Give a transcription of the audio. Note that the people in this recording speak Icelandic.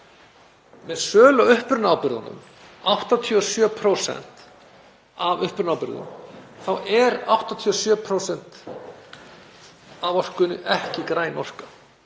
Með sölu á upprunaábyrgðunum, 87% af upprunaábyrgðunum, þá er 87% af orkunni ekki græn orka.